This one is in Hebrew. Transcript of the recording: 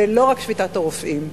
ולא רק שביתת הרופאים.